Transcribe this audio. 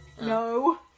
No